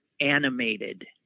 animated